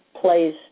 plays